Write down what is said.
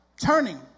turning